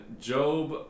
Job